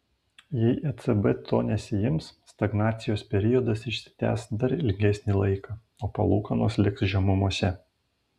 jei ecb to nesiims stagnacijos periodas išsitęs dar ilgesnį laiką o palūkanos liks žemumose